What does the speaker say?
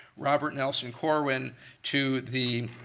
robert nelson corwin to the